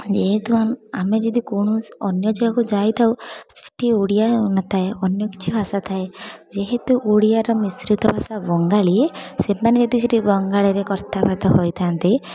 ଯେହେତୁ ଆମ୍ ଆମେ ଯଦି କୌଣସି ଅନ୍ୟ ଜାଗାକୁ ଯାଇଥାଉ ସେଇଠି ଓଡ଼ିଆ ଆଉ ନଥାଏ ଅନ୍ୟ କିଛି ଭାଷା ଥାଏ ଯେହେତୁ ଓଡ଼ିଆର ମିଶ୍ରିତ ଭାଷା ବଙ୍ଗାଳୀ ସେମାନେ ଯଦି ସେଇଠି ବଙ୍ଗାଳୀରେ କଥାବାର୍ତ୍ତା ହୋଇଥାନ୍ତି